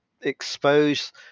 expose